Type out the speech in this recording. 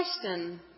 question